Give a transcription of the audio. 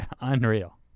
unreal